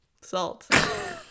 salt